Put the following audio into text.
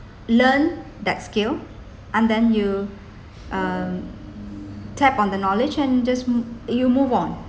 learn that skill and then you um tap on the knowledge and just you move on